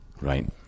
right